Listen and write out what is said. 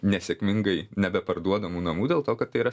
nesėkmingai nebeparduodamų namų dėl to kad tai yra